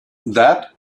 that